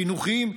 חינוכיים,